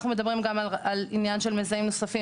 אנחנו מדברים גם על עניין של מזהים נוספים